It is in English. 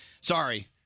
Sorry